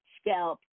scalp